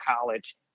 college